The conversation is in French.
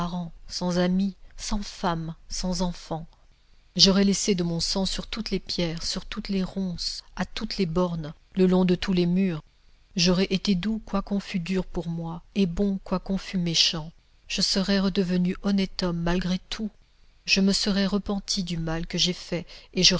sans amis sans femme sans enfants j'aurai laissé de mon sang sur toutes les pierres sur toutes les ronces à toutes les bornes le long de tous les murs j'aurai été doux quoiqu'on fût dur pour moi et bon quoiqu'on fût méchant je serai redevenu honnête homme malgré tout je me serai repenti du mal que j'ai fait et